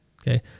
Okay